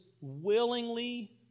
willingly